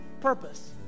purpose